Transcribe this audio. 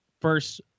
first